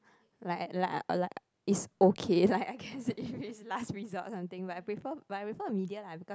like like like it's okay like I guess if it's last resort something but I prefer but I prefer media lah because